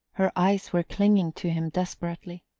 her eyes were clinging to him desperately.